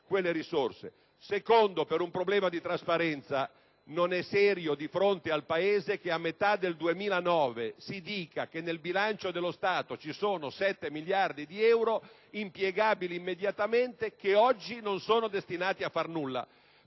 luogo, per un problema di trasparenza, non è serio di fronte al Paese che a metà del 2009 si dica che nel bilancio dello Stato ci sono 7 miliardi di euro impiegabili immediatamente che oggi non sono destinati a fare nulla,